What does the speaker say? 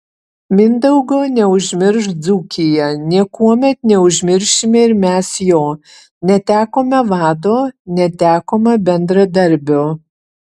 mindaugo neužmirš dzūkija niekuomet neužmiršime ir mes jo netekome vado netekome bendradarbio